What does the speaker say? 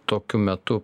tokiu metu